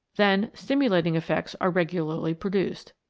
then stimulating effects are regularly produced.